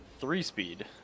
three-speed